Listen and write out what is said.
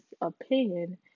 opinion